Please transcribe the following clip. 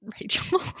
rachel